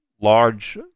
large